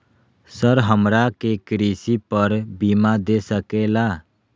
Sir हमरा के कृषि पर बीमा दे सके ला?